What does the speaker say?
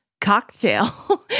cocktail